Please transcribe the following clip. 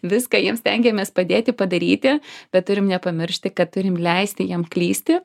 viską jiems stengiamės padėti padaryti bet turim nepamiršti kad turim leisti jiem klysti